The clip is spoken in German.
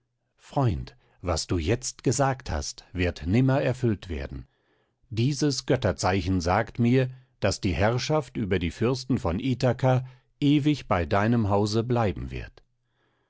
freund was du jetzt gesagt hast wird nimmer erfüllt werden dieses götterzeichen sagt mir daß die herrschaft über die fürsten von ithaka ewig bei deinem hause bleiben wird